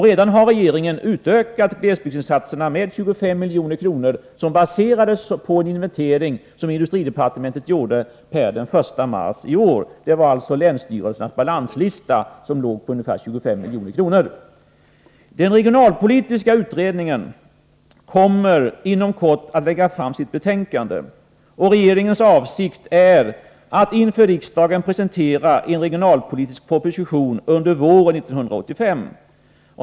Redan har regeringen utökat glesbygdsinsatserna med 25 milj.kr., baserat på en inventering som industridepartementet gjorde den 1 mars i år. Det var alltså länsstyrelsernas balanslista som var på ungefär 25 miljoner. Den regionalpolitiska utredningen kommer inom kort att lägga fram sitt betänkande. Regeringens avsikt är att inför riksdagen presentera en regionalpolitisk proposition under våren 1985.